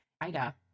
Ida